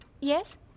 Yes